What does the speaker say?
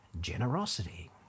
generosity